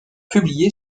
publié